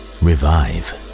revive